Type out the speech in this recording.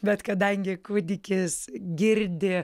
bet kadangi kūdikis girdi